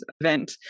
event